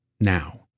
now